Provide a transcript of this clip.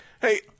hey